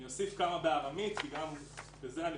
אני אוסיף כמה בארמית כי גם בזה אנחנו